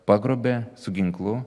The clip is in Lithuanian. pagrobė su ginklu